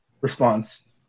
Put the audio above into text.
response